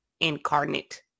incarnate